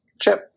chip